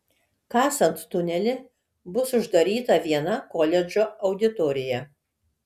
kasant tunelį bus uždaryta viena koledžo auditorija